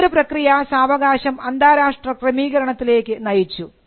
ഈയൊരു പ്രക്രിയ സാവകാശം അന്താരാഷ്ട്ര ക്രമീകരണത്തിലേക്ക് നയിച്ചു